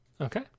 okay